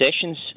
sessions